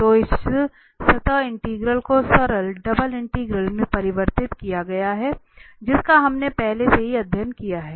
तो इस सतह इंटीग्रल को सरल डबल इंटीग्रल में परिवर्तित किया गया है जिसका हमने पहले से ही अध्ययन किया है